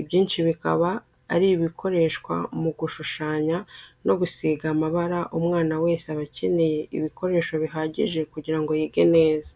ibyinshi bikaba ari ibikoreshwa mu gushushanya no gusiga amabara, umwana wese aba akeneye ibikoresho bihagije kugira ngo yige neza.